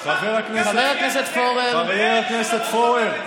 חבר הכנסת פורר,